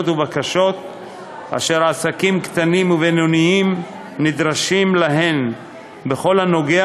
ובקשות אשר עסקים קטנים ובינוניים נדרשים להן בכל הנוגע